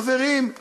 חברים,